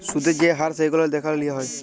সুদের যে হার সেগুলান দ্যাখে লিয়া